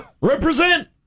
Represent